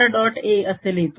A असे लिहितो